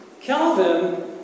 Calvin